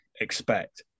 expect